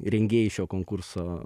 rengėjai šio konkurso